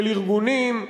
של ארגונים,